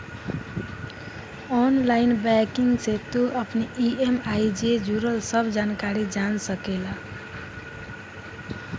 online banking से तू अपनी इ.एम.आई जे जुड़ल सब जानकारी जान सकेला